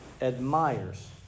admires